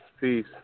Peace